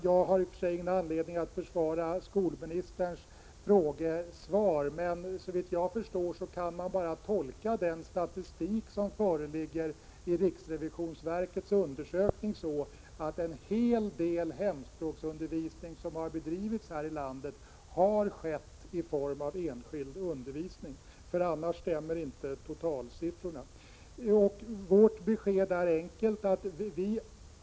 Jag har i och för sig ingen anledning att försvara skolministerns frågesvar, men såvitt jag förstår kan man bara tolka den statistik som föreligger i riksrevisionsverkets undersökning så att en hel del hemspråksundervisning som har bedrivits har skett i form av enskild undervisning, för annars stämmer inte totalsiffrorna. Vårt besked är enkelt.